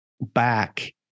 back